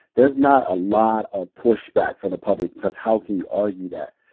there's not a lot of pushback from the public because how can you argue that?